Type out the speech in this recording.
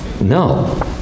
no